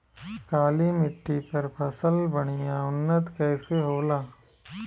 काली मिट्टी पर फसल बढ़िया उन्नत कैसे होला?